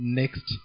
next